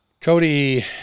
cody